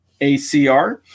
ACR